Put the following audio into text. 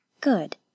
Good